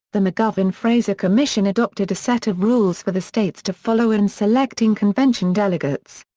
the mcgovern-fraser commission adopted a set of rules for the states to follow in selecting convention delegates.